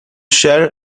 share